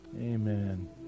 Amen